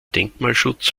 denkmalschutz